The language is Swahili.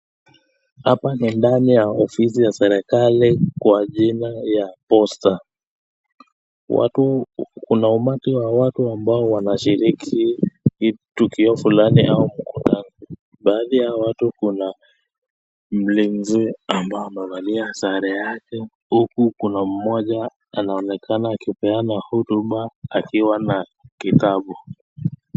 hapa ni ndani ya ofisi ya serekali kwa jina ya posta, kuna umati wa watu ambayo wanashiki kituo fulani baadhi ya hawo watu kuna mlinzi ambaye amevalia sare yake huku kuna moja anaonekana akipeana hutuma akiwana kitabu.